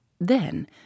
Then